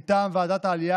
מטעם ועדת העלייה,